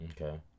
Okay